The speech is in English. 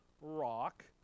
rock